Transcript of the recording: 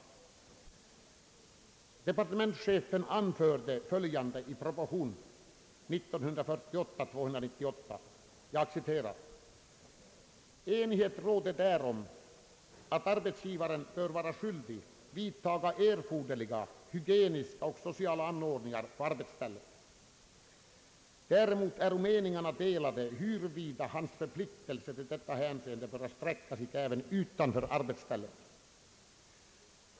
Departementschefen anförde följande i proposition nr 298 år 1948: »Enighet råder därom att arbetsgivaren bör vara skyldig vidtaga erforderliga hygieniska och sociala anordningar på arbetsstället. Däremot äro meningarna delade, huruvida hans förpliktelser i detta hänseende böra sträcka sig även utanför arbetsstället.